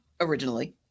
originally